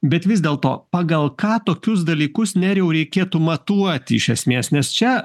bet vis dėlto pagal ką tokius dalykus nerijau reikėtų matuoti iš esmės nes čia